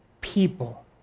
people